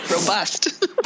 robust